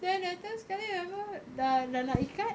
then afterwards sekali dah dah nak ikat